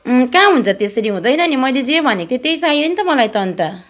कहाँ हुन्छ त्यसरी हुँदैन नि मैले जे भनेको थिएँ त्यही चाहियो नि त मलाई त अन्त